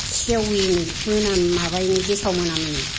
सेविनि मोनाम माबायिनि गेसाव मोनामिनि